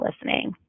listening